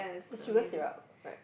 the sugar syrup right